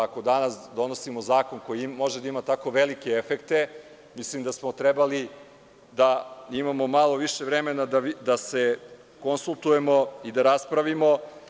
Ako danas donosimo zakon koji može da ima tako velike efekte, mislim da smo trebali da imamo malo više vremena da se konsultujemo i da raspravimo.